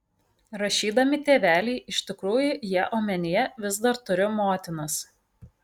rašydami tėveliai iš tikrųjų jie omenyje vis dar turi motinas